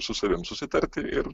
su savim susitarti ir